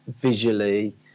Visually